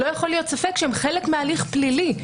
לא יכול להיות ספק שהם חלק מהליך פלילי.